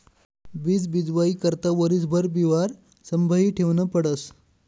बीज बीजवाई करता वरीसभर बिवारं संभायी ठेवनं पडस